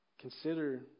Consider